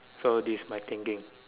so this my thinking